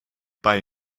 bei